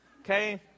Okay